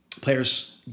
players